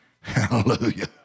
Hallelujah